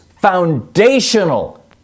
foundational